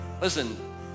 Listen